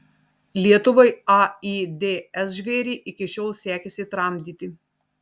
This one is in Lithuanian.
lietuvai aids žvėrį iki šiol sekėsi tramdyti